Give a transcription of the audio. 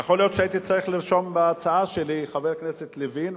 יכול להיות שהייתי צריך לרשום בהצעה שלי את חבר הכנסת לוין,